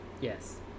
Yes